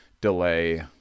delay